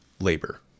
labor